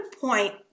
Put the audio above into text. point